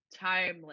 timeless